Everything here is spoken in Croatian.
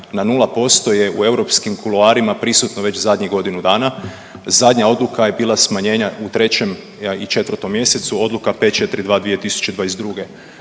na 0% je u europskim kuloarima prisutno već zadnjih godinu dana. Zadnja odluka je bila smanjenja u 3. i 4. mjesecu odluka 542 2022.,